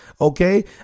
okay